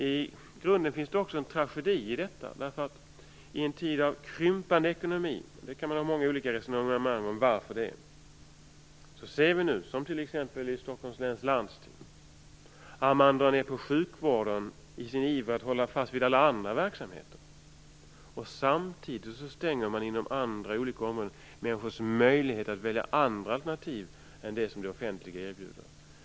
I grunden finns det också en tragedi i detta därför att vi i en tid av krympande ekonomi ser - om anledningen kan det föras många olika resonemang - att man i t.ex. Stockholms läns landsting drar ned på sjukvården i ivern att hålla fast vid alla andra verksamheter. Samtidigt stänger man inom andra olika områden människors möjligheter att välja andra alternativ än de som det offentliga erbjuder.